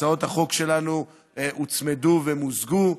הצעות החוק שלנו הוצמדו ומוזגו.